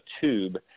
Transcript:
tube